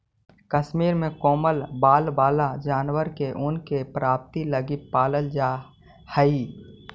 कश्मीर में कोमल बाल वाला जानवर के ऊन के प्राप्ति लगी पालल जा हइ